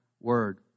Word